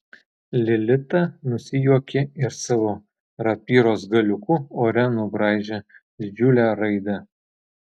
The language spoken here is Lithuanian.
lilita nusijuokė ir savo rapyros galiuku ore nubraižė didžiulę raidę